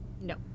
no